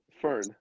Fern